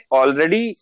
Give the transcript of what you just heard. already